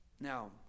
Now